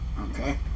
Okay